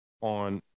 on